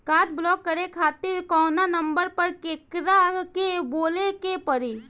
Card block करे खातिर कवना नंबर पर केकरा के बोले के परी?